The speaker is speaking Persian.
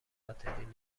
قاتلین